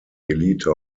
elite